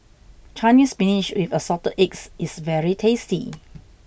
Chinese Spinach with Assorted Eggs is very tasty